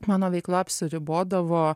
mano veikla apsiribodavo